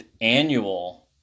annual